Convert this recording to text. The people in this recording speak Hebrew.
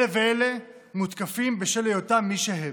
אלה ואלה מותקפים בשל היותם מי שהם.